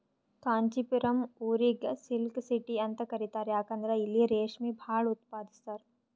ಕಾಂಚಿಪುರಂ ಊರಿಗ್ silk city ಅಂತ್ ಕರಿತಾರ್ ಯಾಕಂದ್ರ್ ಇಲ್ಲಿ ರೇಶ್ಮಿ ಭಾಳ್ ಉತ್ಪಾದಸ್ತರ್